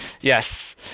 yes